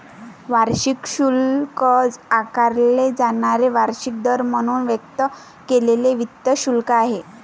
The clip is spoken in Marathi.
वार्षिक शुल्क आकारले जाणारे वार्षिक दर म्हणून व्यक्त केलेले वित्त शुल्क आहे